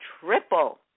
triple